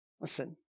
Listen